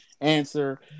answer